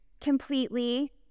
completely